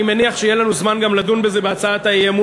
אני מניח שיהיה לנו זמן גם לדון בזה בהצעת האי-אמון